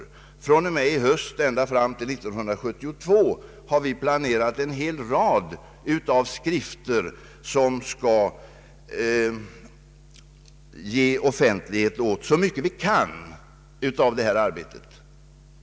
Vi har för avsikt att från och med i höst ända fram till år 1972 ge ut skrifter som ger offentlighet åt så mycket vi kan av detta arbete.